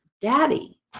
Daddy